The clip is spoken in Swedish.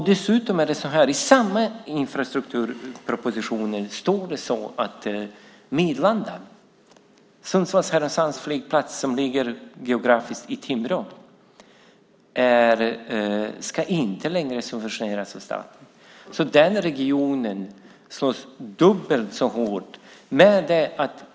Dessutom står det i samma infrastrukturproposition att Midlanda, Sundsvall-Härnösands flygplats placerad i Timrå, inte längre ska subventioneras av staten. Regionen drabbas dubbelt.